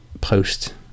post